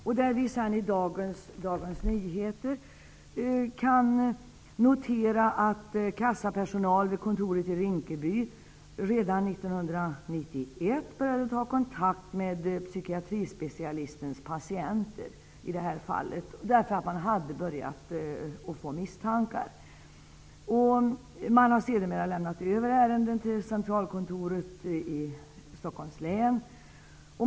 I Dagens Nyheter av i dag sägs att kassapersonal vid kontoret i Rinkeby redan 1991 tog kontakt med psykiatrispecialistens patienter, därför att man började att få misstankar. Sedermera har man överlämnat ärenden till centralkontoret i Stockholms län.